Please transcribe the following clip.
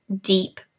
deep